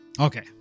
Okay